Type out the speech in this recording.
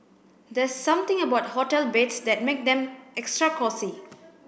there's something about hotel beds that make them extra cosy